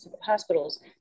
hospitals